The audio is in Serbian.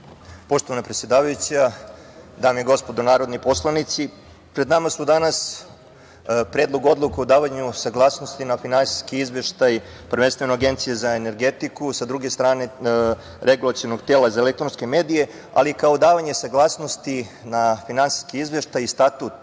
predsedavajuća, dame i gospodo narodni poslanici, pred nama je danas Predlog odluke o davanju saglasnosti na Finansijski izveštaj, prvenstveno, Agencije za energetiku, a s druge strane Regulacionog tela za elektronske medije, ali kao i davanje saglasnosti na Finansijski izveštaj i Statut